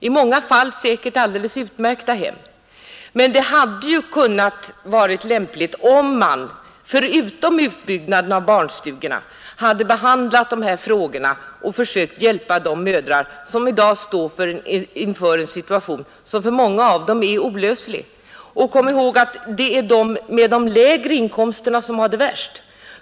I många fall är det säkert alldeles utmärkta hem, men det hade ju kunnat vara lämpligt om man, förutom utbyggnaden av barnstugorna, hade behandlat de här frågorna och försökt hjälpa de mödrar som i dag står inför en situation som för många av dem är olöslig. Och kom ihåg att det är de med de lägre inkomsterna som har det värst!